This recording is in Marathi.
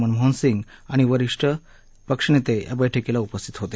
मनमोहन सिंग आणि अन्य वरिष्ठ पक्ष नेते या बैठकीस उपस्थित होते